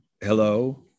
hello